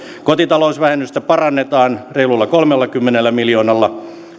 kotitalousvähennystä parannetaan reilulla kolmellakymmenellä miljoonalla